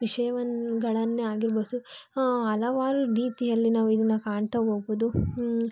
ವಿಷಯವನ್ನು ಗಳನ್ನೆ ಆಗಿರ್ಬೌದು ಹಲವಾರು ರೀತಿಯಲ್ಲಿ ನಾವು ಇದನ್ನು ಕಾಣ್ತಾ ಹೋಗ್ಬೊದು